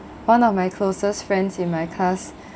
one of my closest friends in my class